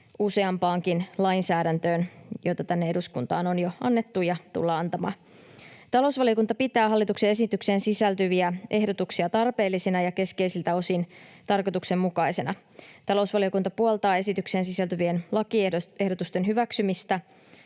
useampaankin lainsäädäntöön, joita tänne eduskuntaan on jo annettu ja tullaan antamaan. Talousvaliokunta pitää hallituksen esitykseen sisältyviä ehdotuksia tarpeellisina ja keskeisiltä osin tarkoituksenmukaisina. Talousvaliokunta puoltaa esitykseen sisältyvien lakiehdotusten hyväksymistä,